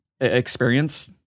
experience